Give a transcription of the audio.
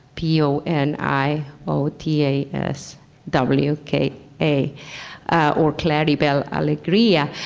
p o n i o t a s w k a or claribel alegria.